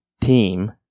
team